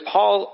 Paul